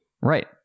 Right